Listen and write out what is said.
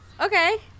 okay